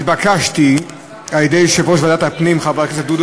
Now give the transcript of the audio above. התבקשתי על-ידי יושב-ראש ועדת הפנים חבר הכנסת דודו